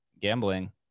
gambling